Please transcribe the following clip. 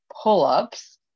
pull-ups